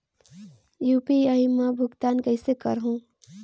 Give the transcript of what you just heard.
UPI मा भुगतान कइसे करहूं?